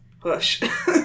Push